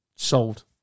Sold